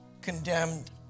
condemned